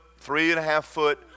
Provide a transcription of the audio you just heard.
three-and-a-half-foot